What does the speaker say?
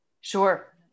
Sure